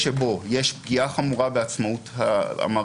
זה מבטל את זה רק כלפי הצדדים באותו הליך.